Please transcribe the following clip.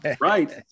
Right